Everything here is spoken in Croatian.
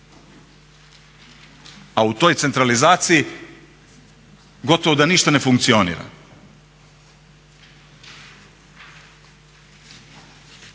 a u toj centralizaciji gotovo da ništa ne funkcionizira.